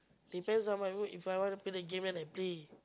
depends on my mood if I wanna play the game then I play